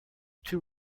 too